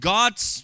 God's